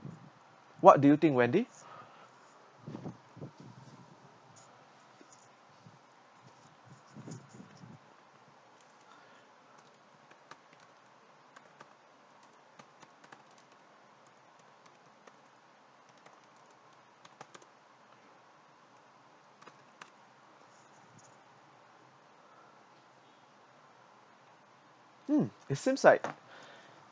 what do you think wendy mm it seems like